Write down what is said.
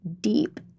deep